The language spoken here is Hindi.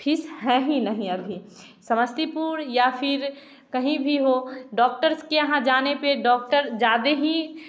डॉक्टर ज्यादा ही